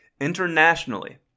Internationally